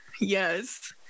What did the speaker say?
Yes